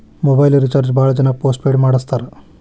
mobile recharge ಭಾಳ್ ಜನ postpaid ಮಾಡಸ್ತಾರ